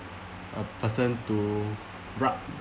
a person to rub